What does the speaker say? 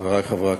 חברי חברי הכנסת,